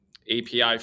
API